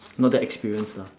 not that experienced lah